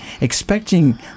expecting